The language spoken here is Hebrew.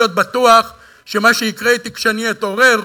להיות בטוח שמה שיקרה אתי כשאני אתעורר,